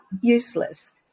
Useless